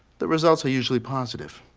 the results are usually positive.